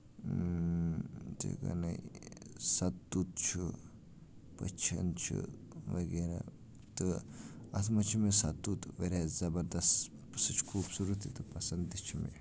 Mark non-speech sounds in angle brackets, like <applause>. <unintelligible> آ سَتتُت چھُ پٔچھِنۍ چھِ وغیرہ تہٕ اَتھ منٛز چھِ مےٚ سَتُت واریاہ زَبردست سُہ چھُ خۄٗبصوٗرت تہِ تہٕ پسنٛد تہِ چھُ مےٚ